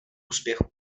úspěchu